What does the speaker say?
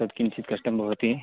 तत् किञ्चित् कष्टं भवति